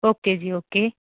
okay ਜੀ okay